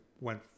went